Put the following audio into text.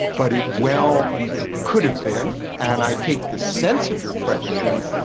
but it well could have been and i take the sense of your question.